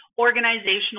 organizational